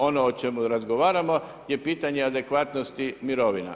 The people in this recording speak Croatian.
Ono o čemu razgovaramo je pitanje adekvatnosti mirovina.